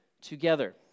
together